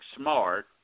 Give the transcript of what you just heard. smart